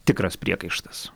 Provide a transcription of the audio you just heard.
tikras priekaištas